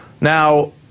Now